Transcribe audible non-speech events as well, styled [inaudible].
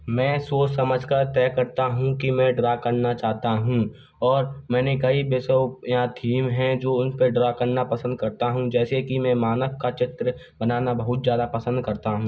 मैं सोच समझ कर तय करता हूँ कि मैं ड्रा करना चाहता हूँ और मैंने कई [unintelligible] या थीम हैं जो उनपे ड्रा करना पसंद करता हूँ जैसे कि मैं मानव का चित्र बनाना बहुत ज़्यादा पसंद करता हूँ